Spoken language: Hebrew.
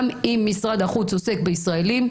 גם אם משרד החוץ עוסק בישראלים,